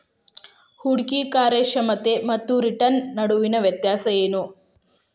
ಹೂಡ್ಕಿ ಕಾರ್ಯಕ್ಷಮತೆ ಮತ್ತ ರಿಟರ್ನ್ ನಡುವಿನ್ ವ್ಯತ್ಯಾಸ ಏನು?